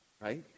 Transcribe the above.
right